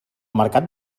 mercat